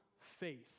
faith